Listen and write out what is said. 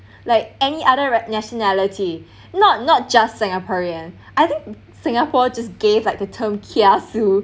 like any other nationality not not just singaporean I think singapore just gave like the term kiasu